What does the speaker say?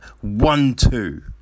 one-two